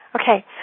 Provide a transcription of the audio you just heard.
Okay